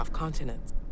continents